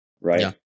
right